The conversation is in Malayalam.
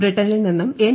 ബ്രിട്ടണിൽ നിന്നും എൻ